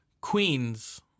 Queens